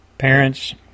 parents